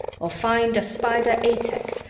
or find a spider a-tech,